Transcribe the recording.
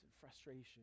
frustration